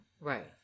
Right